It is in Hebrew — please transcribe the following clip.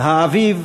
האביב,